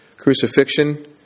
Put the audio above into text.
crucifixion